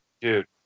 dude